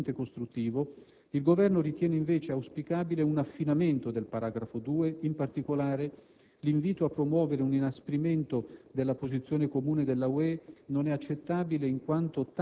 Proprio in questo spirito pienamente costruttivo, il Governo ritiene invece auspicabile un affinamento del paragrafo 2. In particolare: l'invito a promuovere un inasprimento della posizione comune della UE